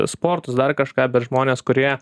sportus dar kažką bet žmonės kurie